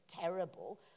terrible